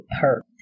hurt